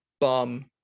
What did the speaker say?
bum